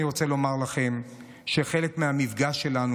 אני רוצה לומר לכם שכחלק מהמפגש שלנו